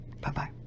Bye-bye